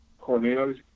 Cornelius